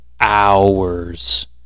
hours